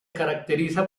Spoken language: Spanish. caracteriza